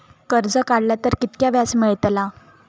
कर्ज काडला तर कीतक्या व्याज मेळतला?